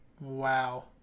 Wow